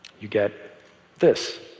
you get this.